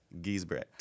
Giesbrecht